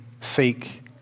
seek